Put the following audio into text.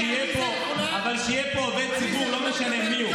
עליזה אמרה: נגמר הזמן,